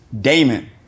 Damon